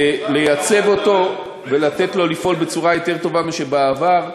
לייצב אותו ולתת לו לפעול בצורה יותר טובה מאשר בעבר.